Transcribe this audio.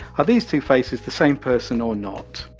are these two faces the same person or not?